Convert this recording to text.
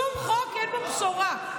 בשום חוק אין בשורה.